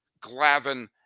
Glavin